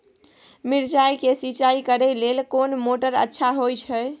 मिर्चाय के सिंचाई करे लेल कोन मोटर अच्छा होय छै?